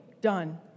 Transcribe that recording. done